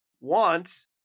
wants